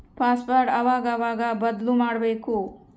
password ಅವಾಗವಾಗ ಬದ್ಲುಮಾಡ್ಬಕು